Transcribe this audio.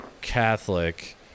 Catholic